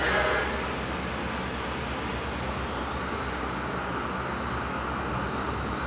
I will makan it with Milo or like or like minum teh gitu then I will eat the biskut together